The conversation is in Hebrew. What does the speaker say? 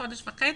חודש, חודש וחצי?